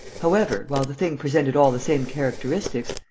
however, while the thing presented all the same characteristics,